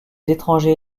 étrangers